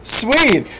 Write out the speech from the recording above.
sweet